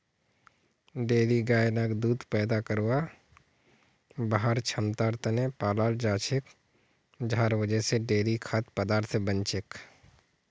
dairy गाय लाक दूध पैदा करवार वहार क्षमतार त न पालाल जा छेक जहार वजह से डेयरी खाद्य पदार्थ बन छेक